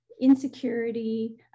insecurity